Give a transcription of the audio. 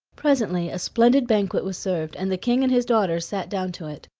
presently a splendid banquet was served, and the king and his daughters sat down to it,